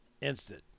instant